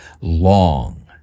long